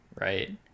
right